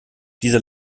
dieser